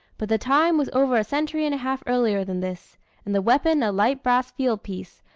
but the time was over a century and a half earlier than this and the weapon a light brass field-piece,